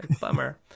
Bummer